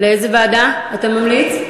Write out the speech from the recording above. לאיזו ועדה אתה ממליץ?